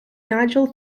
nigel